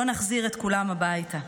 לא נחזיר את כולם הביתה.